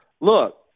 look